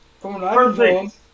Perfect